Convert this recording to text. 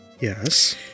Yes